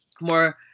more